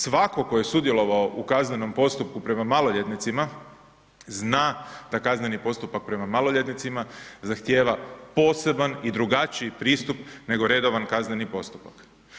Svako tko je sudjelovao u kaznenom postupku prema maloljetnicima zna da kazneni postupak prema maloljetnicima zahtjeva poseban i drugačiji pristup nego redovan kazneni postupak.